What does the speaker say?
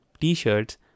T-shirts